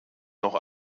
noch